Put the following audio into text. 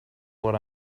what